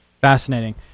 Fascinating